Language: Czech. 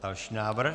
Další návrh.